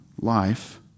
life